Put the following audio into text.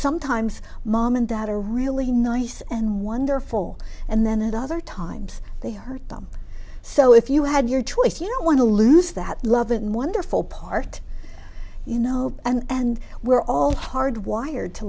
sometimes mom and dad are really nice and wonderful and then at other times they hurt them so if you had your choice you don't want to lose that love and wonderful part you know and we're all hard wired to